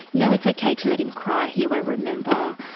no, it's okay to let him cry, he won't remember.